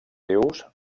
rius